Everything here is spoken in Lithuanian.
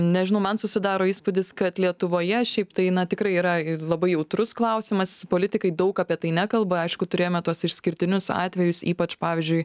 nežinau man susidaro įspūdis kad lietuvoje šiaip tai na tikrai yra labai jautrus klausimas politikai daug apie tai nekalba aišku turėjome tuos išskirtinius atvejus ypač pavyzdžiui